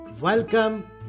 welcome